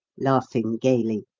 laughing gaily.